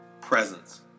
presence